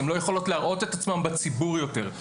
הן לא יכולות להראות את עצמן בציבור יותר.